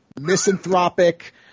misanthropic